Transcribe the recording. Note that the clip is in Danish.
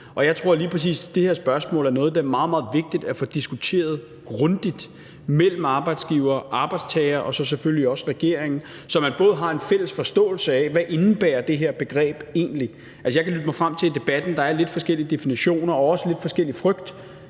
og jeg tror, at lige præcis det her spørgsmål er noget, som det er meget, meget vigtigt at få diskuteret grundigt mellem arbejdsgiver, arbejdstager og så selvfølgelig også regering, så man har en fælles forståelse af, hvad det her begreb egentlig indebærer. Altså, jeg kan lytte mig frem til i debatten, at der er lidt forskellige definitioner og også lidt forskellige typer